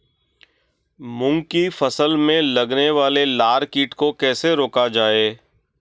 मूंग की फसल में लगने वाले लार कीट को कैसे रोका जाए?